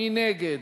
מי נגד?